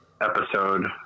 episode